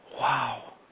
wow